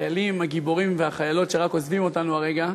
החיילים הגיבורים והחיילות שרק עוזבים אותנו הרגע,